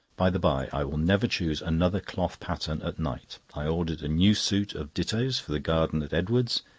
by-the-by, i will never choose another cloth pattern at night. i ordered a new suit of dittos for the garden at edwards',